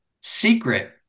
secret